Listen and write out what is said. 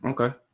Okay